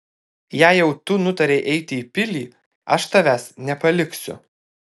jei jau tu nutarei eiti į pilį aš tavęs nepaliksiu